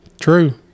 True